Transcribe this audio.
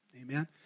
Amen